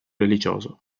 religioso